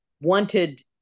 wanted